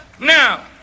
Now